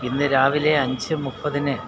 ഇന്ന് രാവിലെ അഞ്ച് മുപ്പതിന്